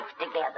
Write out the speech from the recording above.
together